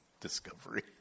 Discovery